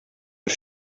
бер